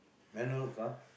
manual car